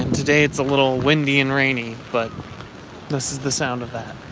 today, it's a little windy and rainy, but this is the sound of that